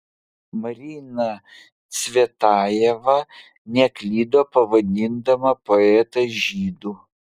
marina cvetajeva neklydo pavadindama poetą žydu